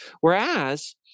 Whereas